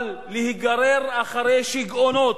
אבל להיגרר אחרי שיגעונות,